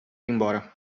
embora